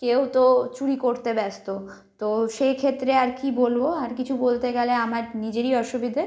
কেউ তো চুরি করতে ব্যস্ত তো সেইক্ষেত্রে আর কী বলব আর কিছু বলতে গেলে আমার নিজেরই অসুবিধে